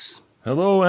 Hello